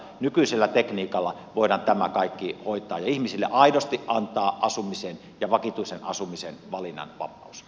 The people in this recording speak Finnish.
nykyisellä tekniikalla voidaan tämä kaikki hoitaa ja ihmisille aidosti antaa asumisen ja vakituisen asumisen valinnanvapaus